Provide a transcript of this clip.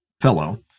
fellow